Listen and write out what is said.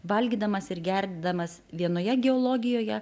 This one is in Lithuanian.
valgydamas ir gerdamas vienoje geologijoje